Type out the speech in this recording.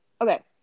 Okay